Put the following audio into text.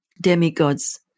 demigods